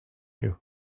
you